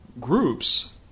Groups